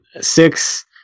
six